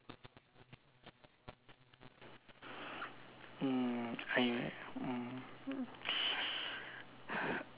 mm I mm